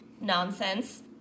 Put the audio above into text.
Nonsense